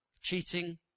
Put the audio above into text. cheating